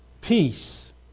peace